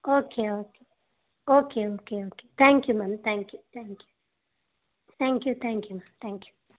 okay okay okay okay okay thank you ma'am thank you thank you thank you thank you ma'am thank you